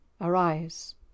arise